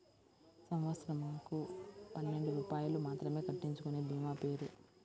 సంవత్సరంకు పన్నెండు రూపాయలు మాత్రమే కట్టించుకొనే భీమా పేరు?